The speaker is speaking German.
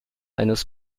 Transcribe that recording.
eines